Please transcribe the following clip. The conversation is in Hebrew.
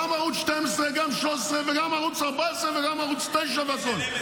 גם ערוץ 12, גם 13, גם ערוץ 14 וגם ערוץ 9 והכול.